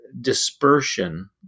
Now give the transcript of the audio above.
dispersion